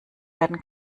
werden